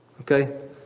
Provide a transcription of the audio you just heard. Okay